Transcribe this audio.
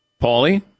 Pauly